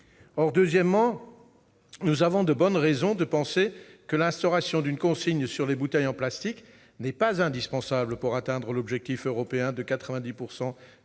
Deuxièmement, nous avons de bonnes raisons de penser que l'instauration d'une consigne sur les bouteilles en plastique n'est pas indispensable pour atteindre l'objectif européen de 90 % de bouteilles